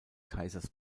kaisers